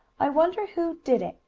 i wonder who did it?